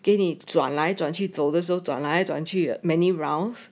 给你转来转去走的时候转来转去 many rounds